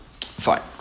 Fine